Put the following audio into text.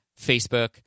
Facebook